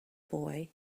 boy